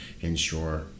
ensure